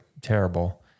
terrible